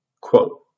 Quote